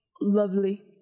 Lovely